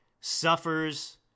suffers